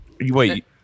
wait